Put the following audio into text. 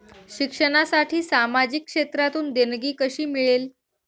शिक्षणासाठी सामाजिक क्षेत्रातून देणगी कशी मिळेल?